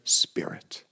spirit